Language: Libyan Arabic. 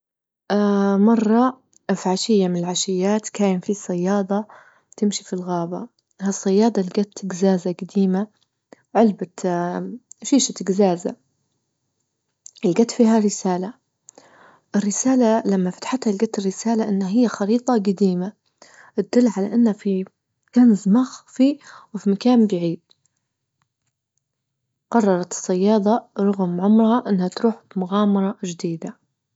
اه مرة في عشية من العشيات كان في صيادة تمشي في الغابة، هالصيادة لجيت جزازة جديمة علبة اه شيشة جزازة لجت فيها رسالة، الرسالة لما فتحتها لقيت الرسالة أن هي خريطة جديمة تدل على أنه في كنز مخفي وفي مكان بعيد، قررت الصيادة رغم عمرها أنها تروح في مغامرة جديدة.